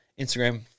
instagram